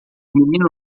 menino